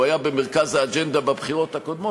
הוא היה במרכז האג'נדה בבחירות הקודמות.